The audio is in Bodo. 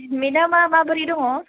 मेदामा माबोरै दङ